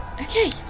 Okay